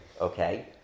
Okay